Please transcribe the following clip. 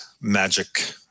magic